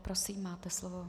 Prosím, máte slovo.